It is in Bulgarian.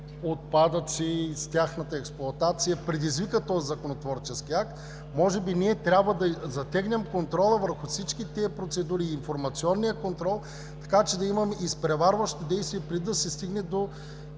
отпадъци, с тяхната експлоатация, предизвикаха този законотворчески акт. Може би ние трябва да затегнем контрола върху всички тези процедури – информационния контрол, така че да имаме изпреварващо действие, преди да се стигне до